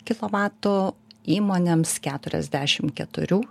kilovatų įmonėms keturiasdešim keturių